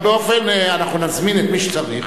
אנחנו נזמין את מי שצריך.